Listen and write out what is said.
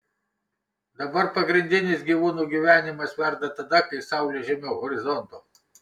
dabar pagrindinis gyvūnų gyvenimas verda tada kai saulė žemiau horizonto